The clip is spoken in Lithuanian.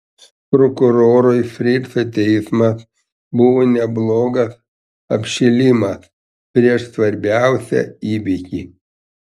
prokurorui frico teismas buvo neblogas apšilimas prieš svarbiausią įvykį